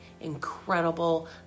incredible